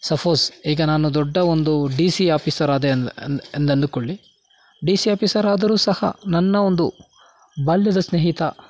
suppose ಈಗ ನಾನು ದೊಡ್ಡ ಒಂದು ಡಿ ಸಿ ಆಫೀಸರ್ ಆದೆ ಎಂದನ್ನುಕೊಳ್ಳಿ ಡಿ ಸಿ ಆಫೀಸರ್ ಆದರೂ ಸಹ ನನ್ನ ಒಂದು ಬಾಲ್ಯದ ಸ್ನೇಹಿತ